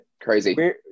crazy